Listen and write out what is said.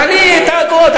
תעלי את האגרות.